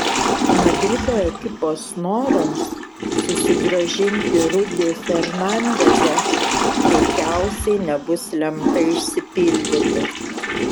madrido ekipos norams susigrąžinti rudy fernandezą veikiausiai nebus lemta išsipildyti